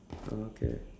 oh okay